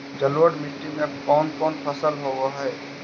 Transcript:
जलोढ़ मट्टी में कोन कोन फसल होब है?